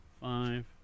five